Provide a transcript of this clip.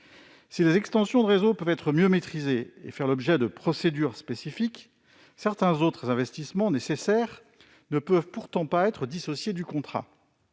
Si les extensions de réseau peuvent être mieux maîtrisées et faire l'objet de procédures spécifiques, certains autres investissements nécessaires ne peuvent pas être dissociés du contrat.